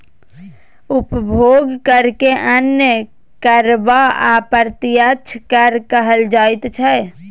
उपभोग करकेँ अन्य कर वा अप्रत्यक्ष कर कहल जाइत छै